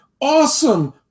awesome